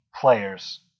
players